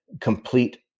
complete